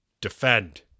defend